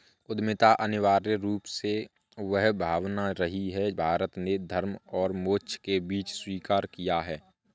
उद्यमिता अनिवार्य रूप से वह भावना रही है, भारत ने धर्म और मोक्ष के बीच स्वीकार किया है